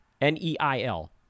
N-E-I-L